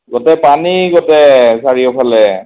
গোটেই পানী গোটেই চাৰিওফালে